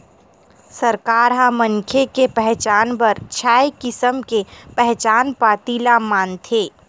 सरकार ह मनखे के पहचान बर छय किसम के पहचान पाती ल मानथे